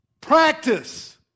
Practice